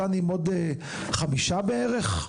נמצאת במשא ומתן עם עוד חמש מדינות בערך.